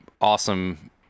awesome